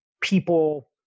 people